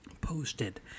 posted